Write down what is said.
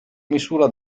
misura